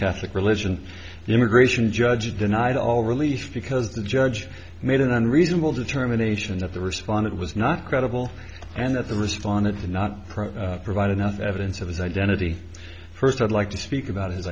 the immigration judge denied all relief because the judge made an unreasonable determination that the respondent was not credible and that the responded to not provide enough evidence of his identity first i'd like to speak about his